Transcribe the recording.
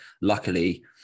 luckily